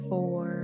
Four